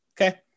okay